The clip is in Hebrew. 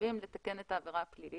חייבים לתקן את העבירה הפלילית.